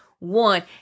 One